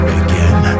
again